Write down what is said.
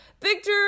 Victor